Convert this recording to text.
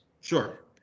Sure